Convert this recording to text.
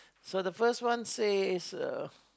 so the first one says uh